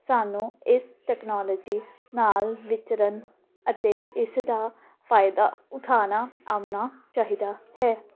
ਸਾਨੂੰ ਇਸ ਟੈਕਨੋਲੋਜੀ ਨਾਲ ਵਿਚਰਨ ਅਤੇ ਇਸ ਦਾ ਫਾਇਦਾ ਉਠਾਉਣਾ ਆਉਣਾ ਚਾਹੀਦਾ ਹੈ